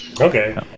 Okay